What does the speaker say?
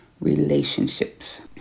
relationships